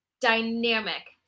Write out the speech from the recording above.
dynamic